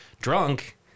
drunk